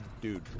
dude